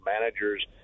managers